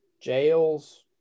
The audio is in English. jails